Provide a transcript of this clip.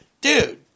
dude